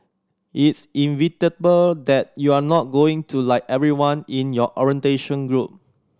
it's inevitable that you're not going to like everyone in your orientation group